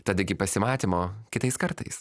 tad iki pasimatymo kitais kartais